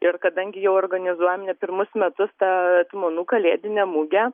ir kadangi jau organizuojam ne pirmus metus tą etmonų kalėdinę mugę